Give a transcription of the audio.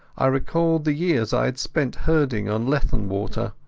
i recalled the years i had spent herding on leithen water,